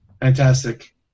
Fantastic